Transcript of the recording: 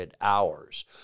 hours